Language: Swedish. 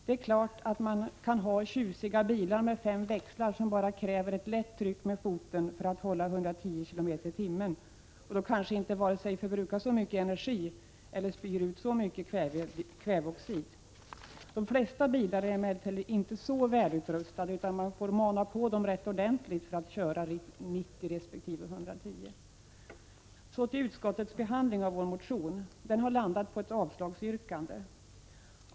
Det är klart att man kan ha tjusiga bilar med fem växlar, som bara kräver ett lätt tryck med foten för att hålla 110 km timme. Så till utskottets behandling av vår motion. Utskottet har landat på ett avslagsyrkande.